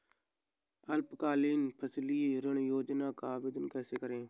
अल्पकालीन फसली ऋण योजना का आवेदन कैसे करें?